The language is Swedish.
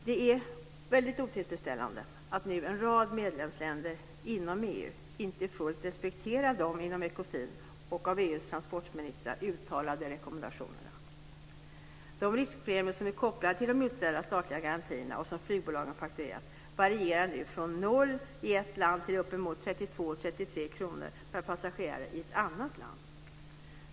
Det är väldigt otillfredsställande att en rad medlemsländer inom EU inte i full utsträckning respekterar de inom Ekofin och av EU:s transportministrar uttalade rekommendationerna. De riskpremier som är kopplade till de utställda statliga garantierna och som flygbolagen faktureras varierar nu från 0 kr i ett land till uppemot 32-33 kr per passagerare i ett annat land.